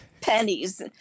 Pennies